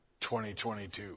2022